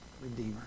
redeemer